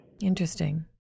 Interesting